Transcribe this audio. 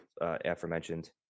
aforementioned